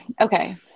Okay